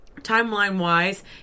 timeline-wise